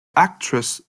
actress